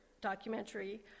documentary